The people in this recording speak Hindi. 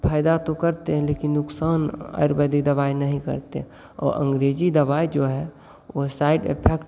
फायदा तो करते हैं लेकिन नुकसान आयुर्वेदिक दवाई नहीं करते और अंग्रेजी दवाई जो है वो साइड इफेक्ट